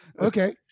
Okay